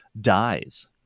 dies